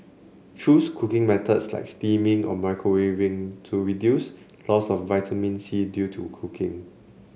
choose cooking methods like steaming or microwaving to reduce loss of vitamin C due to cooking